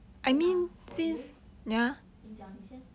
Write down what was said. then ah 我以为你讲你先